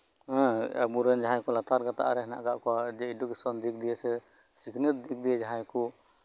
ᱦᱮᱸ ᱟᱵᱚ ᱨᱮᱱ ᱡᱟᱦᱟᱸᱭ ᱠᱚ ᱞᱟᱛᱟᱨ ᱜᱟᱛᱟᱠ ᱨᱮ ᱦᱮᱱᱟᱜ ᱠᱟᱜ ᱠᱚᱣᱟ ᱡᱮ ᱮᱰᱩᱠᱮᱥᱚᱱ ᱫᱤᱠ ᱫᱤᱭᱮ ᱥᱮ ᱥᱤᱠᱷᱱᱟᱹᱛ ᱫᱤᱭᱮ ᱡᱟᱦᱟᱸᱭ ᱠᱚ